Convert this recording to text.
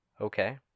Okay